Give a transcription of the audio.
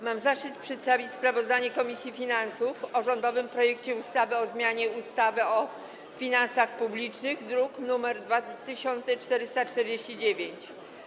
Mam zaszczyt przedstawić sprawozdanie komisji finansów o rządowym projekcie ustawy o zmianie ustawy o finansach publicznych, druk nr 2449.